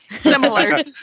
similar